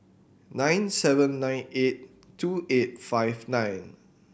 nine seven nine eight two eight five nine